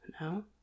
No